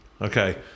Okay